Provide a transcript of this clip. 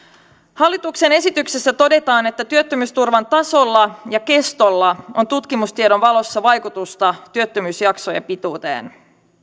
hallituksen esityksessä todetaan että työttömyysturvan tasolla ja kestolla on tutkimustiedon valossa vaikutusta työttömyysjaksojen pituuteen